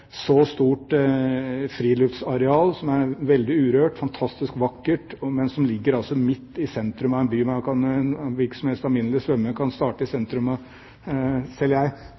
friluftsareal som er veldig urørt, fantastisk vakkert, men som ligger midt i sentrum av en by. En hvilken som helst alminnelig svømmer – selv jeg – kan starte i sentrum av Haugesund og